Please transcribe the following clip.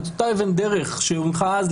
עם אותה אבן דרך שהונחה אז.